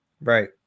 Right